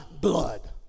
blood